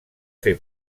fer